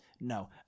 No